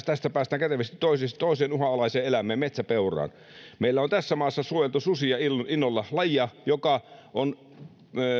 tästä päästään kätevästi toiseen uhanalaiseen eläimeen metsäpeuraan meillä on tässä maassa suojeltu susia innolla lajia joka on